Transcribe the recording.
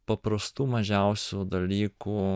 paprastų mažiausių dalykų